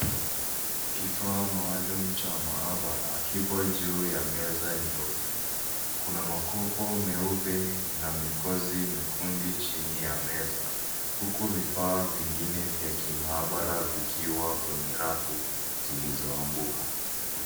Kifaa maalum cha maabara kipo juu ya meza nyeupe. Kuna makopo meupe na mekozi mekundu chini ya meza, huku vifaa vingine vya kimaabara vikiwa kwenye rafu zilizoanguka.